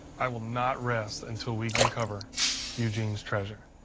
i will not rest until we uncover eugene's treasure.